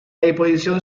disposición